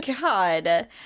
God